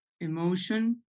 emotion